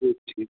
ا ھ